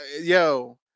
yo